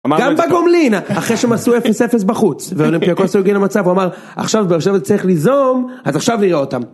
גם בגולמין, אחרי שהם עשו אפס אפס בחוץ. ואולימפיאקוס הוא הגיע למצב, הוא אמר, עכשיו באר שבע צריך ליזום, אז עכשיו נראה אותם.